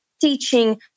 teaching